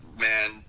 man